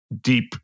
deep